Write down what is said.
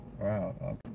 Wow